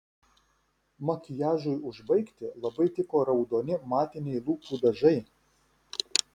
makiažui užbaigti labai tiko raudoni matiniai lūpų dažai